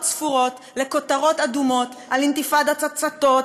ספורות לכותרות אדומות על אינתיפאדת הצתות,